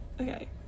okay